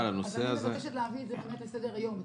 אני מבקשת להביא את זה לסדר היום.